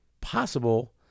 possible